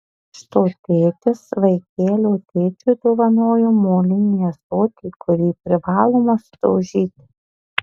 krikšto tėtis vaikelio tėčiui dovanoja molinį ąsotį kurį privaloma sudaužyti